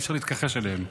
אי-אפשר להתכחש אליהם.